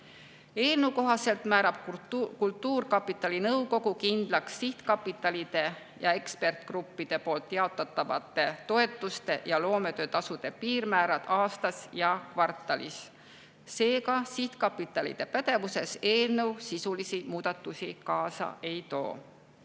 ei maksustata. Kultuurkapitali nõukogu määrab kindlaks sihtkapitalide ja ekspertgruppide poolt jaotatavate toetuste ja loometöötasude piirmäärad aastas ja kvartalis. Seega, sihtkapitalide pädevuses eelnõu sisulisi muudatusi kaasa ei too.